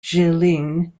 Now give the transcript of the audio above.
jilin